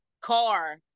car